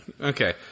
Okay